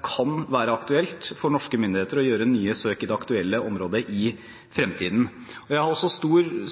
kan være aktuelt for norske myndigheter å gjøre nye søk i det aktuelle området i fremtiden. Jeg har også